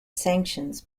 sanctions